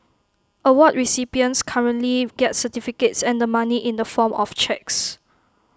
award recipients currently get certificates and the money in the form of cheques